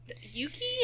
Yuki